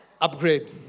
Upgrade